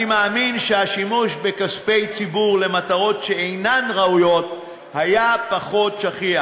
אני מאמין שהשימוש בכספי ציבור למטרות שאינן ראויות היה פחות שכיח.